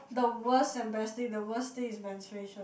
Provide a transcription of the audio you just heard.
the worst and best thing the worst thing is menstruation